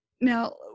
Now